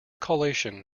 collation